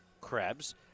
Krebs